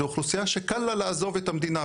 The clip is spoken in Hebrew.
זו אוכלוסייה שקל לה לעזוב את המדינה,